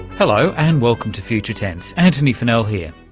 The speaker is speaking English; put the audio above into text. hello and welcome to future tense, antony funnell here.